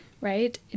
Right